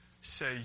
say